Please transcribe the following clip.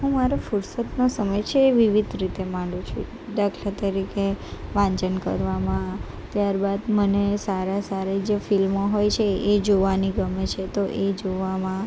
હું મારો ફુરસદનો સમય છે એ વિવિધ રીતે માણું છું દાખલા તરીકે વાંચન કરવામાં ત્યાર બાદ મને સારા સારી જે ફિલ્મો હોય છે એ જોવાની ગમે છે તો એ જોવામાં